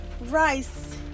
rice